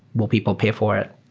will people pay for it?